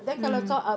mm